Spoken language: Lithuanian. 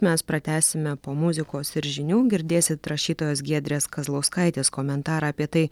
mes pratęsime po muzikos ir žinių girdėsit rašytojos giedrės kazlauskaitės komentarą apie tai